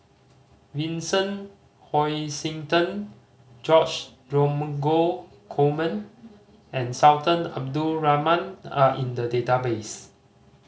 Vincent Hoisington George Dromgold Coleman and Sultan Abdul Rahman are in the database